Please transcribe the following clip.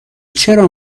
چرا